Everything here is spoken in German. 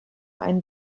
einen